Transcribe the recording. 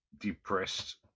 depressed